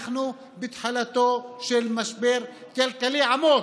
אנחנו בתחילתו של משבר כלכלי עמוק,